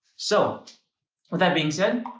so, with that being said,